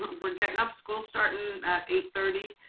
we're getting up. school starting at eight thirty.